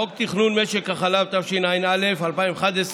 חוק תכנון משק החלב, התשע"א 2011,